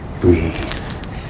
breathe